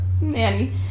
Nanny